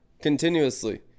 continuously